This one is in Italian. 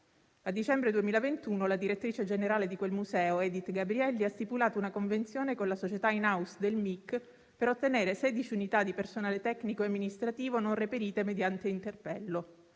a dicembre 2021 la direttrice generale di quel museo Edith Gabrielli ha stipulato una convenzione con la società *in house* del Ministero della cultura per ottenere 16 unità di personale tecnico-amministrativo non reperite mediante interpello.